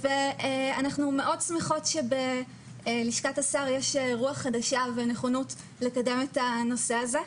אנחנו מאוד שמחות שבלשכת השר יש רוח חדשה ונכונות לקדם את הנושא הזה.